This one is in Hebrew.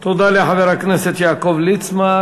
תודה לחבר הכנסת יעקב ליצמן.